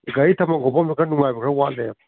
ꯒꯥꯔꯤ ꯊꯝꯐꯝ ꯈꯣꯠꯄꯝꯗꯣ ꯈꯔ ꯅꯨꯡꯉꯥꯏꯕ ꯈꯔ ꯋꯥꯠꯂꯦꯕ